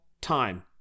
time